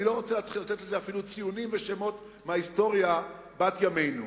אני לא רוצה להתחיל לתת לזה אפילו ציונים ושמות מההיסטוריה בת ימינו.